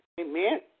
Amen